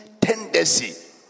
tendency